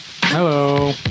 hello